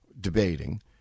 debating